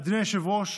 אדוני היושב-ראש,